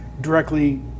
directly